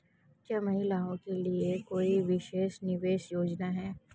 क्या महिलाओं के लिए कोई विशेष निवेश योजना है?